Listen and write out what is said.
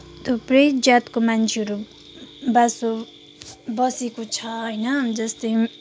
थुप्रै जातको मान्छेहरू बासो बसेको छ होइन जस्तै